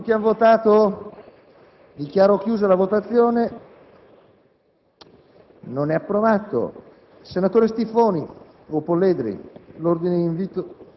di lavoro, di fare un riferimento non appropriato ad una tipologia di isole. Chiedo scusa, ma il parere rimane contrario per evidenti problemi di copertura a finanziaria.